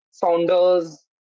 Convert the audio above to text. founders